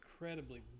incredibly